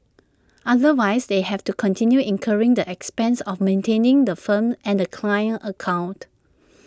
otherwise they have to continue incurring the expenses of maintaining the firm and the client account